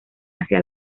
hacia